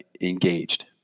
engaged